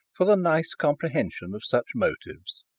for the nice comprehension of such motives,